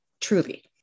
truly